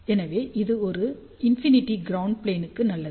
எனவே இது infinite ground plane க்கு நல்லது